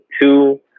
Two